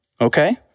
Okay